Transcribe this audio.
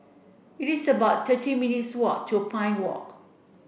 it's about thirteen minutes' walk to Pine Walk